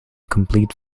complete